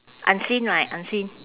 unseen right unseen